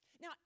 Now